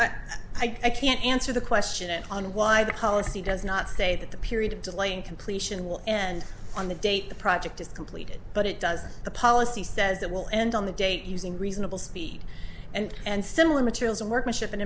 but i can't answer the question it on why the policy does not say that the period of delay in completion will and on the date the project is completed but it doesn't the policy says it will end on the date using reasonable speed and and similar materials and workmanship